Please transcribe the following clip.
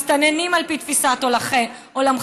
מסתננים על פי תפיסת עולמכם,